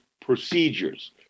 procedures